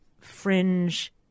fringe